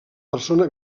persona